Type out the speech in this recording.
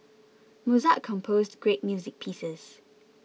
Mozart composed great music pieces